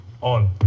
on